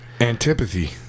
Antipathy